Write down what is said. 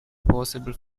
possible